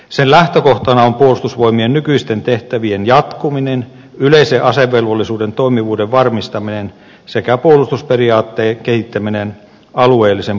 sen lähtökohtana on puolustusvoimien nykyisten tehtävien jatkuminen yleisen asevelvollisuuden toimivuuden varmistaminen sekä puolustusperiaatteen kehittäminen alueellisen puolustuksen pohjalta